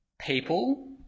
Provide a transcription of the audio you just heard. people